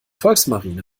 volksmarine